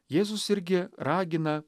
jėzus irgi ragina